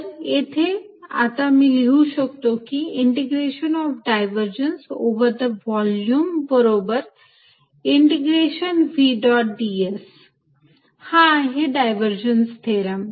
तर येथे आता मी लिहू शकतो की integration of divergence over the volume बरोबर इंटिग्रेशन v डॉट ds हा आहे डायव्हर्जन्स थेरम